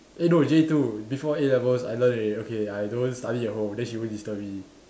eh no J two before A-levels I learn already okay I don't study at home then she won't disturb me